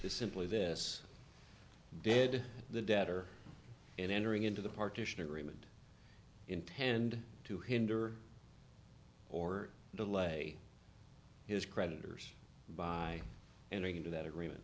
simply this did the debtor in entering into the partition agreement intend to hinder or delay his creditors by entering into that agreement